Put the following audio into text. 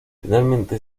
finalmente